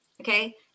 Okay